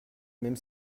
même